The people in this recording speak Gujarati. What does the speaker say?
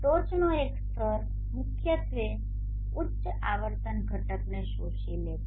ટોચનો એક સ્તર મુખ્યત્વે ઉચ્ચ આવર્તન ઘટકોને શોષી લે છે